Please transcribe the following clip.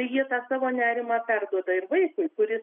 jie tą savo nerimą perduoda ir vaikui kuris